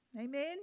Amen